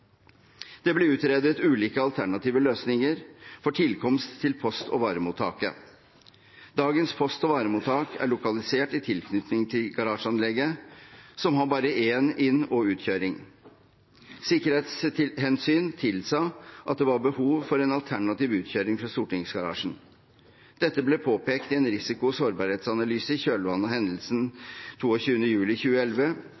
Det ble utredet ulike alternative løsninger for tilkomst til post- og varemottaket. Dagens post- og varemottak er lokalisert i tilknytning til garasjeanlegget, som har bare en inn- og utkjøring. Sikkerhetshensyn tilsa at det var behov for en alternativ utkjøring fra stortingsgarasjen. Dette ble påpekt i en risiko- og sårbarhetsanalyse i kjølvannet av